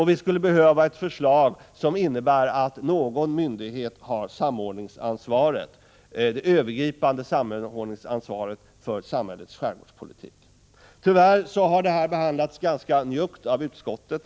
Vi behöver ett förslag som innebär att någon myndighet har det övergripande samordningsansvaret för samhällets skärgårdspolitik. Tyvärr har våra förslag behandlats ganska njuggt av utskottet.